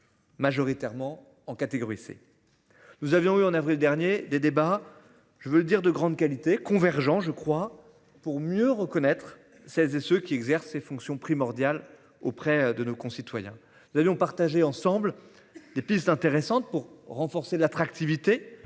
Majoritairement en catégorie C. Nous avions eu en avril dernier des débats. Je veux dire de grande qualité convergents je crois pour mieux reconnaître celles et ceux qui exerce ses fonctions primordiales auprès de nos concitoyens d'avions partager ensemble. Des pistes intéressantes pour renforcer l'attractivité